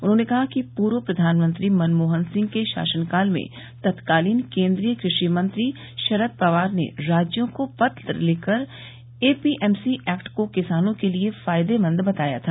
उन्होंने कहा कि पूर्व प्रधानमंत्री मनमोहन सिंह के शासनकाल में तत्कालीन केन्द्रीय कृषि मंत्री शरद पवार ने राज्यों को पत्र लिखकर एपीएमसी एक्ट को किसानों के लिये फायदेमंद बताया था